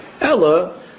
Ella